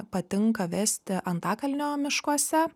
patinka vesti antakalnio miškuose